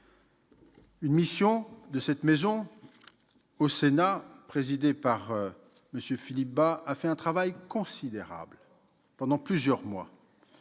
Une mission du Sénat présidée par Philippe Bas a fait un travail considérable pendant plusieurs mois.